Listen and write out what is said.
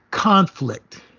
Conflict